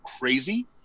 crazy